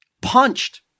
Punched